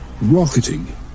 rocketing